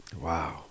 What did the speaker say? Wow